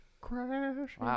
Crash